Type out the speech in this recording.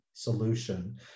solution